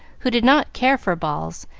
who did not care for balls,